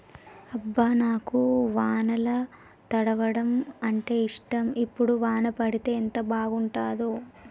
అబ్బ నాకు వానల తడవడం అంటేఇష్టం ఇప్పుడు వాన పడితే ఎంత బాగుంటాడో